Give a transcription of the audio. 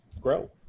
grow